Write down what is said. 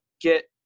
get